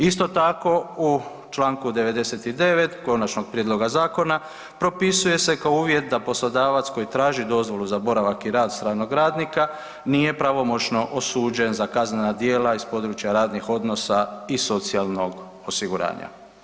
Isto tako, u Članu 99. konačnog prijedloga zakona propisuje se kao uvjet da poslodavac koji traži dozvolu za boravak i rad stranog radnika nije pravomoćno osuđen za kaznena djela iz područja radnih odnosa i socijalnog osiguranja.